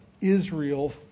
Israel